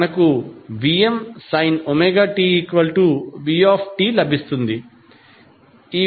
మనకు Vm ωt v లభిస్తుంది